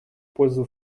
пользу